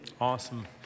Awesome